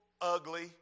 ugly